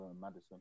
Madison